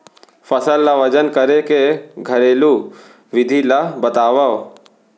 फसल ला वजन करे के घरेलू विधि ला बतावव?